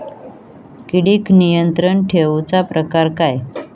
किडिक नियंत्रण ठेवुचा प्रकार काय?